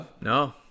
No